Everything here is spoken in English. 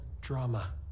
drama